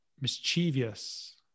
Mischievous